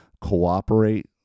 cooperate